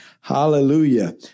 hallelujah